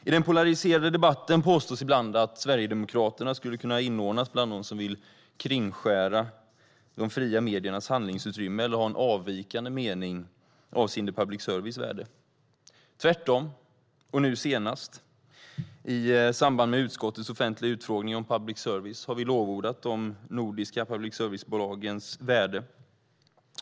I den polariserade debatten påstås det ibland att Sverigedemokraterna skulle kunna inordnas bland dem som vill kringskära de fria mediernas handlingsutrymme eller har en avvikande mening avseende public services värde. Det är tvärtom. Senast i samband med utskottets offentliga utfrågning om public service lovordade vi de nordiska public service-bolagens värde.